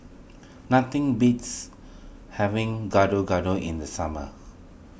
nothing beats having Gado Gado in the summer